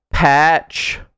patch